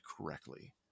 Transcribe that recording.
correctly